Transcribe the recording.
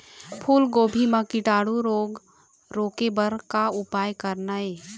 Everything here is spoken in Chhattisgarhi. फूलगोभी म कीटाणु रोके बर का उपाय करना ये?